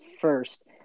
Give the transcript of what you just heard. first